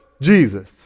Jesus